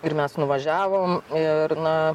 ir mes nuvažiavom ir na